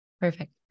Perfect